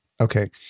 Okay